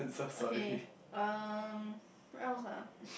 okay um what else ah